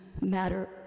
matter